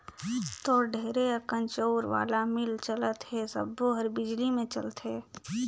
तोर ढेरे अकन चउर वाला मील चलत हे सबो हर बिजली मे चलथे